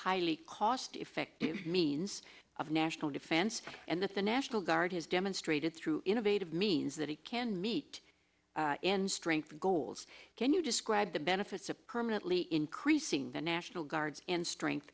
highly cost effective means of national defense and that the national guard has demonstrated through innovative means that it can meet in strength goals can you describe the benefits of permanently increasing the national guard in strength